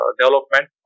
development